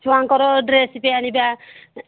ଛୁଆଙ୍କର ଡ୍ରେସ୍ ବି ଆଣିବା